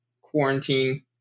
quarantine